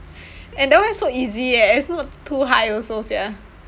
and that one is so easy eh it's not too high also sia